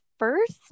First